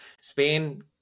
Spain